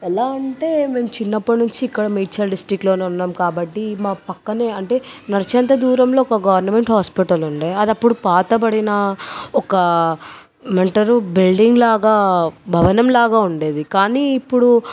ఎలా అంటే మేము చిన్నప్పటి నుంచి ఇక్కడ మేడ్చల్ డిస్ట్రిక్ట్లోనే ఉన్నాము కాబట్టి మా ప్రక్కనే అంటే నడిచేంత దూరంలో ఒక గవర్నమెంట్ హాస్పిటల్ ఉండేది అది అప్పుడు పాతబడిన ఒక ఏమంటారు బిల్డింగ్ లాగా భవనం లాగా ఉండేది కానీ ఇప్పుడు